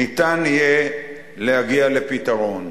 ניתן יהיה להגיע לפתרון.